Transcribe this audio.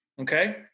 Okay